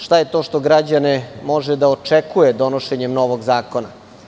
Šta je to što građane može da očekuje donošenjem novog zakona?